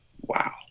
Wow